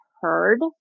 heard